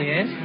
Yes